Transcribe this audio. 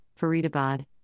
Faridabad